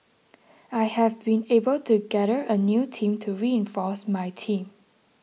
I have been able to gather a new team to reinforce my team